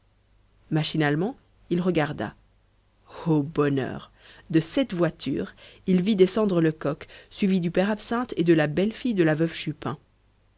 machinalement il regarda ô bonheur de cette voiture il vit descendre lecoq suivi du père absinthe et de la belle-fille de la veuve chupin